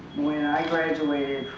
when i graduated